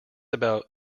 about